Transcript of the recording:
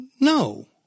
no